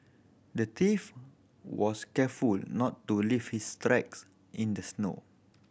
the thief was careful not to leave his tracks in the snow